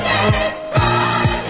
Friday